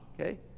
Okay